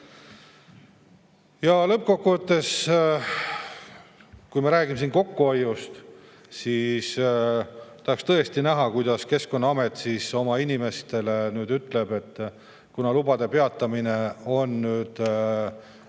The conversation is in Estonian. Ja lõppkokkuvõttes, kui me räägime kokkuhoiust, siis tahaks tõesti näha, kuidas Keskkonnaamet oma inimestele ütleb, et kuna lubade peatamine